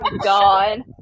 God